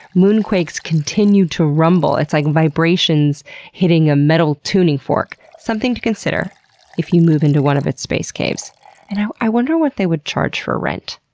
moonquakes continue to rumble. it's like vibrations hitting a metal tuning fork. something to consider if you move into one of its space caves. and i i wonder what they would charge for rent?